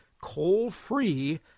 coal-free